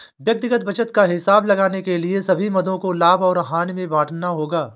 व्यक्तिगत बचत का हिसाब लगाने के लिए सभी मदों को लाभ और हानि में बांटना होगा